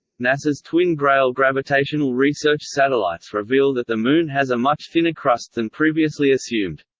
nasa's twin grail gravitational research satellites reveal that the moon has a much thinner crust than previously assumed.